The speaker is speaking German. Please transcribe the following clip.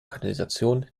kanalisation